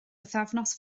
bythefnos